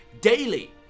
daily